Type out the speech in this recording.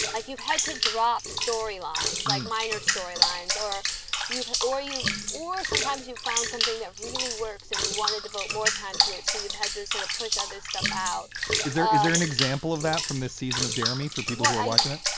like you've had to drop storylines like minor storylines or you've or you've or sometimes you've found something that really works and you want to devote more time to it so you've had to sort of push other stuff out there is there an example of that from this season of dare me for people watching it?